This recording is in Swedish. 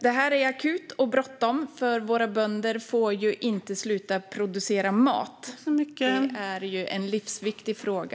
Det här är akut och bråttom, för våra bönder får ju inte sluta att producera mat. Det är en livsviktig fråga.